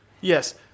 yes